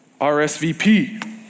RSVP